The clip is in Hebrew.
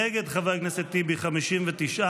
נגד חבר הכנסת טיבי, 59,